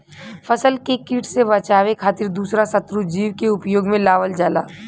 फसल के किट से बचावे खातिर दूसरा शत्रु जीव के उपयोग में लावल जाला